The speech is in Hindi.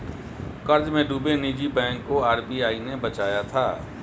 कर्ज में डूबे निजी बैंक को आर.बी.आई ने बचाया था